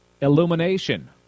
illumination